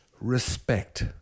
respect